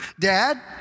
Dad